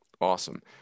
Awesome